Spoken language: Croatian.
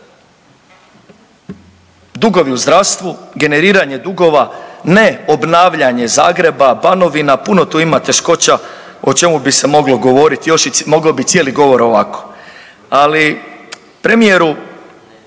dugovi u zdravstvu, generiranje dugova, ne obnavljanje Zagreba, Banovina, puno tu ima teškoća o čemu bi se moglo govoriti, mogao bih cijeli govor ovako. Ali premijeru